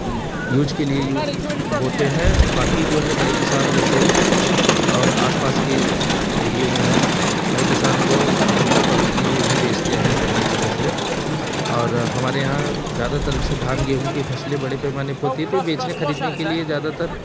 use के लिए use बोते हैं बाकी जो है बड़े किसान जैसे और आस पास के एरियो में है बड़े किसान वो फसल को कम्पनी में भी बेचते हैं गन्ना की फसले और हमारे यहाँ ज्यादातर जैसे धान गेहूँ की फैसले बड़े पैमाने पे होती थी तो ये बेचने खरीदने के लिए ज्यादातर